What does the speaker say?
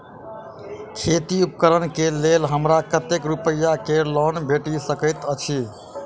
खेती उपकरण केँ लेल हमरा कतेक रूपया केँ लोन भेटि सकैत अछि?